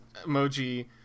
emoji